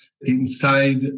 inside